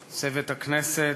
צוות הכנסת,